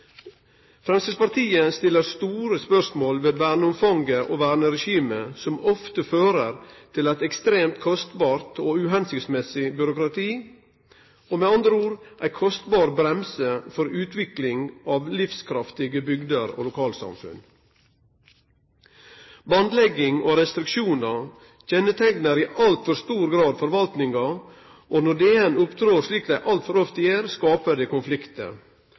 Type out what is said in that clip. Framstegspartiet stiller store spørsmål ved verneomfang og verneregime som ofte fører til eit ekstremt kostbart og uhensiktsmessig byråkrati, og med andre ord ei kostbar bremse for utvikling av livskraftige bygder og lokalsamfunn. Bandlegging og restriksjonar kjenneteiknar i altfor stor grad forvaltninga, og når DN opptrer slik dei altfor ofte gjer, skaper det